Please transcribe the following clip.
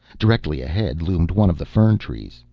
directly ahead loomed one of the fern trees.